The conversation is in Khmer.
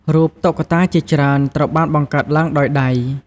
រូបតុក្កតាជាច្រើនត្រូវបានបង្កើតឡើងដោយដៃ។